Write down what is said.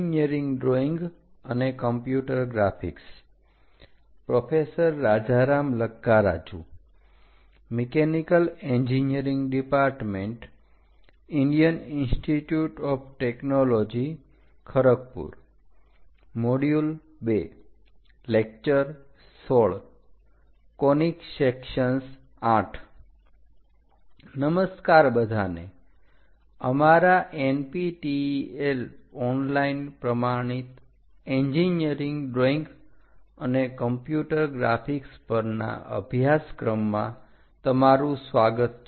નમસ્કાર બધાને અમારા NPTEL ઓનલાઈન પ્રમાણિત એન્જીનિયરીંગ ડ્રોઈંગ અને કમ્પ્યુટર ગ્રાફિક્સ પરના અભ્યાસક્રમમાં તમારું સ્વાગત છે